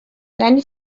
زنی